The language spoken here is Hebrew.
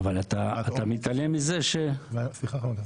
אבל אתה מתעלם מזה ש -- יש עומס.